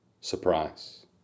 surprise